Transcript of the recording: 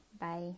bye